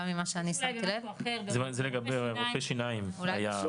זה לגבי רופאי שיניים היה.